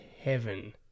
heaven